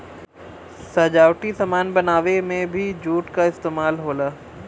सजावटी सामान बनावे में भी जूट क इस्तेमाल होला